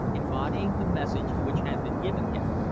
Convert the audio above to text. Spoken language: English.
embodying the message which had been given him.